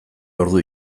ordu